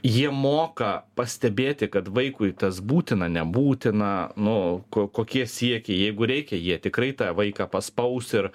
jie moka pastebėti kad vaikui tas būtina nebūtina nu ko kokie siekiai jeigu reikia jie tikrai tą vaiką paspaus ir